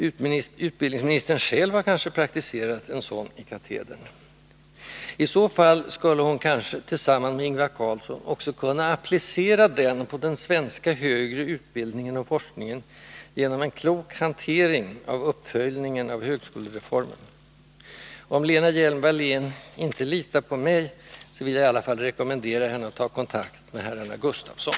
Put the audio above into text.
Utbildningsministern själv har kanske praktiserat en sådan i katedern. I så fall skulle hon kanske — tillsamman med Ingvar Carlsson — också kunna applicera den på den svenska högre utbildningen och forskningen genom en klok hantering av uppföljningen av högskolereformen. Om Lena Hjelm-Wallén inte litar på mig, så vill jag rekommendera henne att ta kontakt med herrarna Gustavsson.